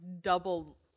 double